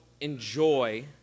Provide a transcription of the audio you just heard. enjoy